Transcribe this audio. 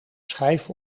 schijf